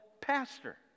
pastor